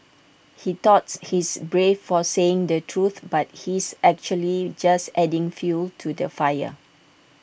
he thought he's brave for saying the truth but he's actually just adding fuel to the fire